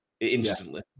instantly